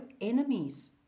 enemies